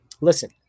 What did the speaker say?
Listen